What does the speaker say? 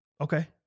Okay